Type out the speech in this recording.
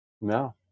No